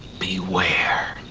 beware.